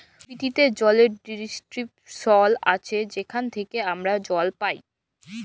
পরকিতিতে জলের ডিস্টিরিবশল আছে যেখাল থ্যাইকে আমরা জল পাই